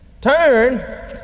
turn